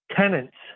tenants